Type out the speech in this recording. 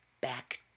back